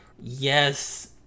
Yes